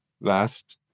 last